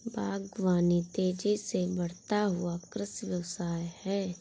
बागवानी तेज़ी से बढ़ता हुआ कृषि व्यवसाय है